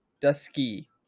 dusky